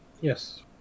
yes